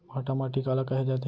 भांटा माटी काला कहे जाथे?